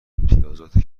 امتیازات